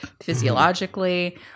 physiologically